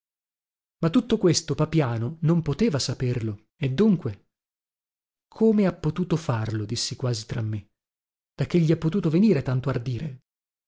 ma tutto questo papiano non poteva saperlo e dunque come ha potuto farlo dissi quasi tra me da che gli è potuto venire tanto ardire